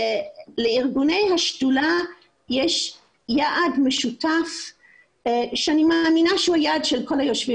לארגוני השדולה יש יעד משותף שאני מאמינה שהוא יעד של כל היושבים